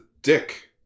dick